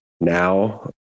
now